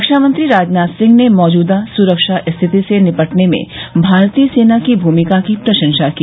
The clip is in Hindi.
रक्षामंत्री राजनाथ सिंह ने मौजूदा सुरक्षा स्थिति से निपटने में भारतीय सेना की भूमिका की प्रशंसा की